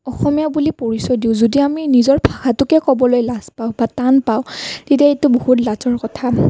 অসমীয়া বুলি পৰিচয় দিওঁ যদি আমি নিজৰ ভাষাটোকে ক'বলৈ লাজ পাওঁ বা টান পাওঁ তেতিয়া এইটো বহুত লাজৰ কথা